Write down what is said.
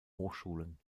hochschulen